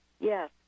Yes